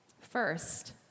First